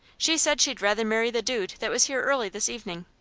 she said she'd rather marry the dude that was here early this evenin'.